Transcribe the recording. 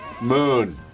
Moon